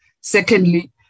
Secondly